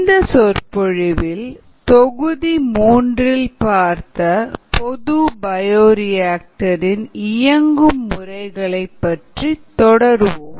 இந்த சொற்பொழிவில் தொகுதி 3 இல் பார்த்த பொது பயோரியாக்டர் இன் இயங்கும் முறைகளை பற்றி தொடருவோம்